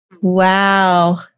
Wow